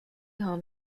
hom